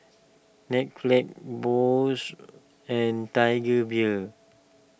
Bose and Tiger Beer